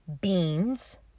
Beans